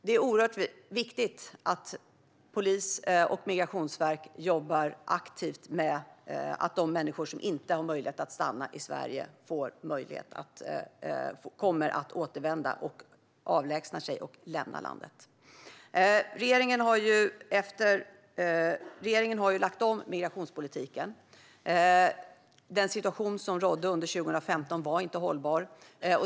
Det är oerhört viktigt att polisen och Migrationsverket jobbar aktivt med att de människor som inte har möjlighet att stanna ska avlägsna sig, lämna landet och återvända. Regeringen har lagt om migrationspolitiken. Den situation som rådde under 2015 var inte hållbar.